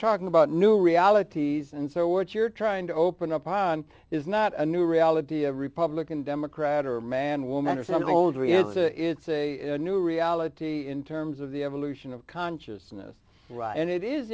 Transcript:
talking about new realities and so what you're trying to open up on is not a new reality of republican democrat or man woman or something it's a new reality in terms of the evolution of consciousness and it is